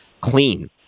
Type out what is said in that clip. clean